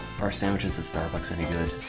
are sandwiches at starbucks any good?